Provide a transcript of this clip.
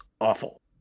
awful